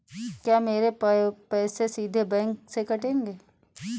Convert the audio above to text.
क्या मेरे पैसे सीधे बैंक से कटेंगे?